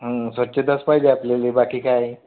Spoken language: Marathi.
स्वच्छताच पाहिजे आपल्याला बाकी काय आहे